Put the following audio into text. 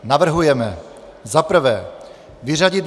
Navrhujeme za prvé vyřadit: